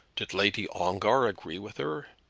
did lady ongar agree with her?